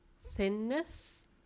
thinness